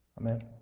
Amen